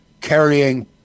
carrying